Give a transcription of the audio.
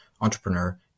entrepreneur